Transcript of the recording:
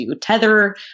Tether